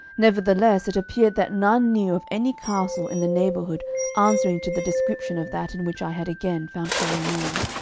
nevertheless it appeared that none knew of any castle in the neighbourhood answering to the description of that in which i had again found clarimonde.